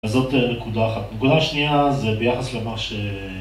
אז זאת נקודה אחת. נקודה שנייה זה ביחס למה ש...